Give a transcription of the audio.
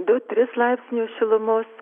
du tris laipsnius šilumos